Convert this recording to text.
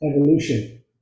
evolution